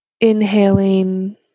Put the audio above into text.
inhaling